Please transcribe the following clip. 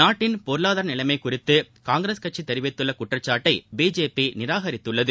நாட்டின் பொருளாதார நிலைமை குறித்து காங்கிரஸ் கட்சி தெரிவித்துள்ள குற்றச்சாட்டை பிஜேபி நிராகரித்துள்ளது